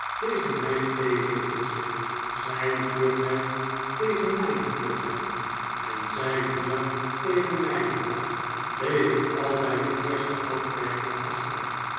tegen mijn theelepeltje zijn vlugheid tegen mijn vlugheid en zijn honger tegen mijn honger bleef ik al bij den eersten hap ver ten achter